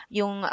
yung